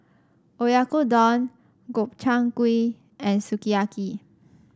Oyakodon Gobchang Gui and Sukiyaki